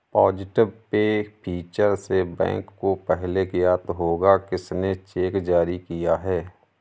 positive pay feature से bank को पहले ज्ञात होगा किसने चेक जारी किया है